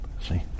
see